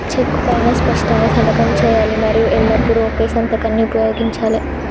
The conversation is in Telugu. చెక్కు పైనా స్పష్టంగా సంతకం చేయాలి మరియు ఎల్లప్పుడూ ఒకే సంతకాన్ని ఉపయోగించాలే